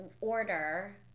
order